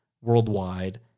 worldwide